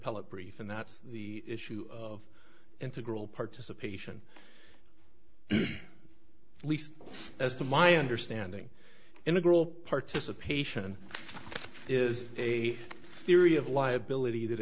appellate brief and that's the issue of integral participation at least as to my understanding integral participation is a theory of liability that